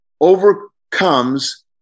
overcomes